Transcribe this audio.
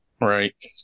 right